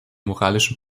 moralischen